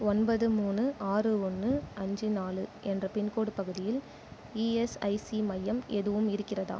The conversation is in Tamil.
ஒன்பது மூணு ஆறு ஒன்று அஞ்சு நாலு என்ற பின்கோடு பகுதியில் இஎஸ்ஐசி மையம் எதுவும் இருக்கிறதா